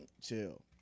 Chill